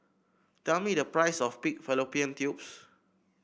tell me the price of Pig Fallopian Tubes